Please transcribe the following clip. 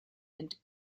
and